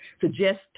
suggest